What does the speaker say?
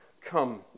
Come